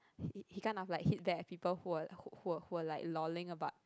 he he kind of like hit back at people who were who were who were like loling about